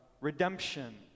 redemption